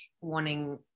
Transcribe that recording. wanting